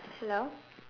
hello